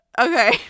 Okay